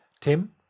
Tim